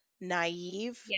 naive